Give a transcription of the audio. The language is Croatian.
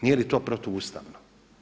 Nije li to protuustavno?